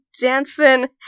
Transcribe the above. Jansen